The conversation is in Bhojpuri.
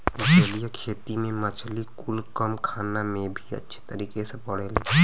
जलीय खेती में मछली कुल कम खाना में भी अच्छे तरीके से बढ़ेले